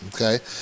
okay